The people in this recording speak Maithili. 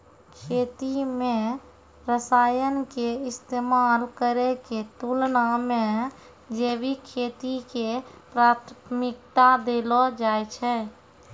खेती मे रसायन के इस्तेमाल करै के तुलना मे जैविक खेती के प्राथमिकता देलो जाय छै